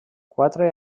quatre